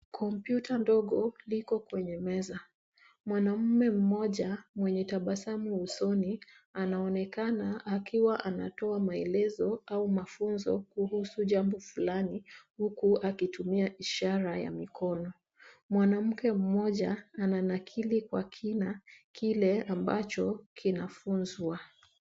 Kompyuta ndogo liko kwenye meza. Mwanamume mmoja mwenye tabasamu usoni anaonekana akiwa anatoa maelezo au mafunzo kuhusu jambo fulani huku akitumia ishara ya mikono . Mwanamke mmoja ananakili kwa kina kile ambacho kinafunzwa.